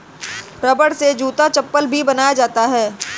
रबड़ से जूता चप्पल भी बनाया जाता है